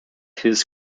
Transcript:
his